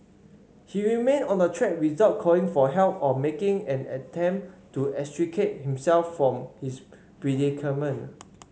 he remained on the track without calling for help or making any attempt to extricate himself from his predicament